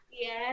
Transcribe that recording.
Yes